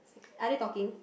are they talking